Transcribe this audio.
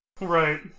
Right